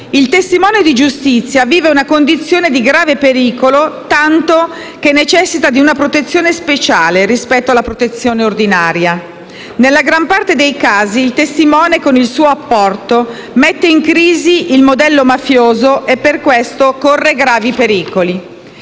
Il testimone di giustizia vive una condizione di grave pericolo, tanto che necessita di una protezione speciale rispetto alla protezione ordinaria. Nella gran parte dei casi il testimone, con il suo apporto, mette in crisi il modello mafioso e per questo corre gravi pericoli.